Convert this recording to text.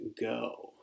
go